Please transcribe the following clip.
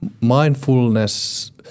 mindfulness